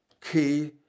key